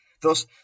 Thus